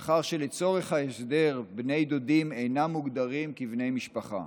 מאחר שלצורך ההסדר בני דודים אינם מוגדרים בני משפחה,